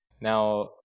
Now